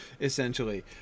essentially